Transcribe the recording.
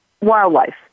wildlife